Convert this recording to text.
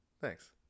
Thanks